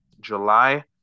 July